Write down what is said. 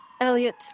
Elliot